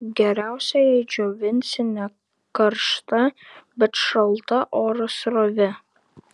geriausia jei džiovinsi ne karšta bet šalta oro srove